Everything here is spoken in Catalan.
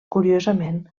curiosament